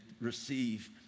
receive